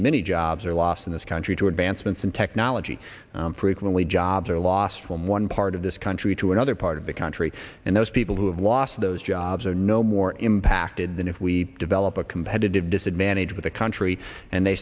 many jobs are lost in this country to advancements in technology frequently jobs are lost from one part of this country to another part of the country and those people who have lost those jobs are no more impacted than if we develop a competitive disadvantage with a country and they